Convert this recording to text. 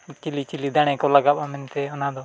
ᱪᱤᱞᱤ ᱪᱤᱞᱤ ᱫᱟᱲᱮ ᱠᱚ ᱞᱟᱜᱟᱜᱼᱟ ᱢᱮᱱᱛᱮ ᱚᱱᱟᱫᱚ